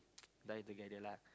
die together lah